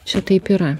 čia taip yra